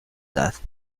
death